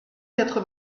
quatre